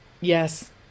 Yes